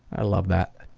i love that.